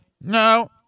no